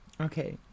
okay